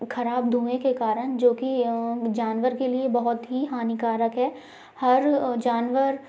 खराब धुएं के कारण जो कि अ जानवर के लिए बहुत ही हानिकारक है हर अ जानवर